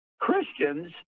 Christians